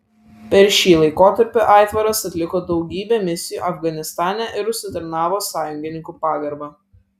per šį laikotarpį aitvaras atliko daugybę misijų afganistane ir užsitarnavo sąjungininkų pagarbą